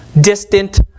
distant